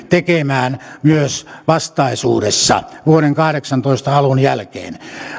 tekemään myös vastaisuudessa vuoden kahdeksantoista alun jälkeen